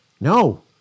no